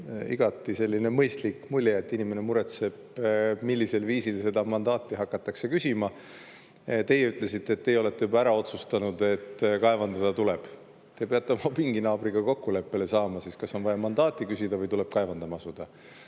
igati mõistlik mulje, et inimene muretseb, millisel viisil seda mandaati hakatakse küsima. Teie ütlesite, et teie olete juba ära otsustanud, et kaevandada tuleb. Te peate oma pinginaabriga kokkuleppele saama, kas on vaja mandaati küsida või tuleb kaevandama asuda.